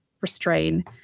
restrain